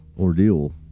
ordeal